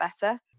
better